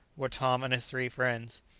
were tom and his three friends.